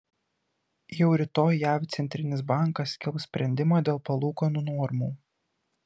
jau rytoj jav centrinis bankas skelbs sprendimą dėl palūkanų normų